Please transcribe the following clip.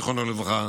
זיכרונו לברכה,